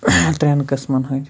ترٛٮ۪ن قٕسمَن ہٕنٛدۍ